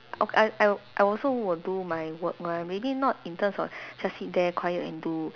o~ I I'll I also will do my work one maybe not in terms of just sit there quiet and do